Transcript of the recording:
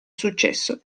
successo